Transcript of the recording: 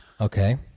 Okay